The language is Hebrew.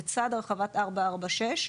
לצד הרחבת 446,